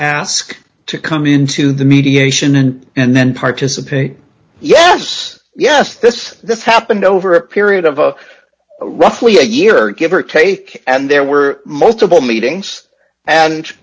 ask to come into the mediation and and then participate yes yes this this happened over a period of a roughly a year give or take and there were multiple meetings and